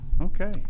okay